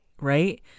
right